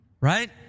Right